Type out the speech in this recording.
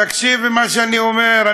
תקשיבי למה שאני אומר.